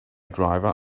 driver